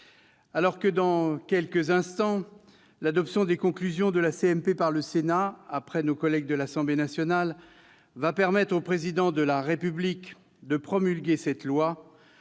Alors que, dans quelques instants, l'adoption des conclusions de la commission mixte paritaire par le Sénat, après nos collègues de l'Assemblée nationale, va permettre au Président de la République de promulguer cette loi,